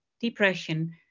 depression